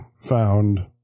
found